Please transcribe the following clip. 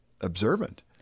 observant